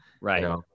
right